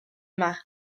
yma